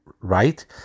right